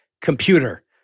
Computer